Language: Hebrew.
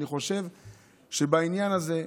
אני חושב שבעניין הזה,